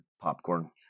popcorn